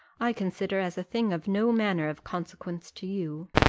i consider as a thing of no manner of consequence to you.